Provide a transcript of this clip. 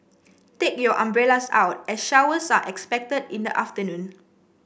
take your umbrellas out as showers are expected in the afternoon